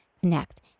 connect